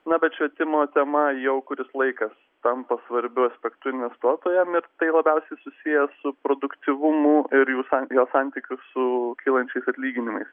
na bet švietimo tema jau kuris laikas tampa svarbiu aspektu investuotojam ir tai labiausiai susiję su produktyvumu ir jų san jo santykiu su kylančiais atlyginimais